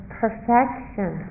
perfection